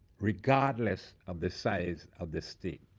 regardless of the size of the state.